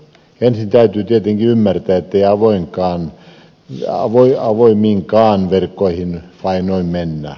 ensin täytyy tietenkin ymmärtää ettei avoimiinkaan verkkoihin noin vain mennä